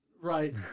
Right